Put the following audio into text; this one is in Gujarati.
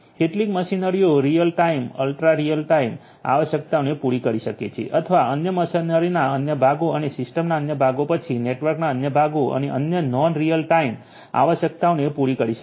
કેટલીક મશીનરીઓ real time ultra real time આવશ્યકતાઓને પૂરી કરી શકે છે જ્યારે અન્ય મશીનરીના અન્ય ભાગો અને સિસ્ટમના અન્ય ભાગો પછી નેટવર્કના અન્ય ભાગો અન્ય નૉન રીઅલ ટાઇમ આવશ્યકતાઓને પૂરી કરી શકે છે